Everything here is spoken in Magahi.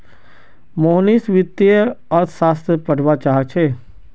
मोहनीश वित्तीय अर्थशास्त्र पढ़वा चाह छ